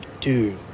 Dude